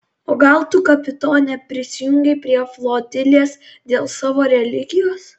o gal tu kapitone prisijungei prie flotilės dėl savo religijos